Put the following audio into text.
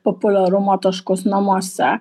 populiarumo taškus namuose